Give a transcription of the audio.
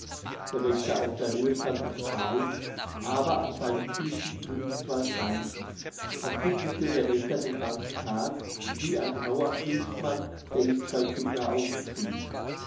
der wächter auf der höhe stand noch kahl aber an seinen füßen blühten zwei veilchen auf die blickte der wächter den ganzen tag wie ein rauher kriegsmann der in zwei kinderaugen sieht